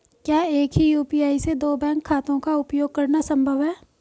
क्या एक ही यू.पी.आई से दो बैंक खातों का उपयोग करना संभव है?